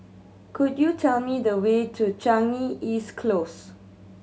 could you tell me the way to Changi East Close